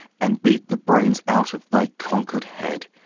and beat the brains out of thy conquer'd head,